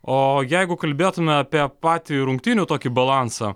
o jeigu kalbėtume apie patį rungtynių tokį balansą